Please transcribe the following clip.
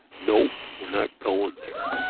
nope, we're not going there.